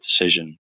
decision